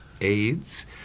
AIDS